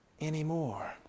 anymore